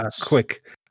quick